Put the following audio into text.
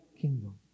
kingdom